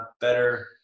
better